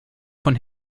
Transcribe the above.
von